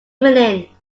evening